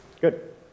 good